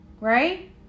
right